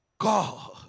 God